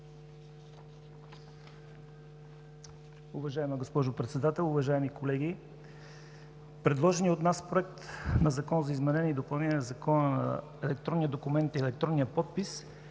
Уважаема госпожо Председател, уважаеми колеги! Предложеният от нас Проект на Закон за изменение и допълнение на Закона за електронни документи и електронния подпис